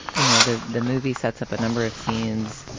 you know the the movie sets up a number of scenes.